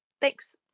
Thanks